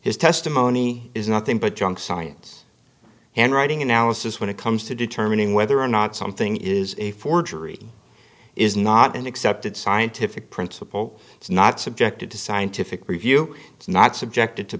his testimony is nothing but junk science handwriting analysis when it comes to determining whether or not something is a forgery is not an accepted scientific principle it's not subjected to scientific review it's not subjected to